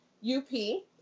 U-P